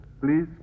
Please